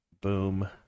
Boom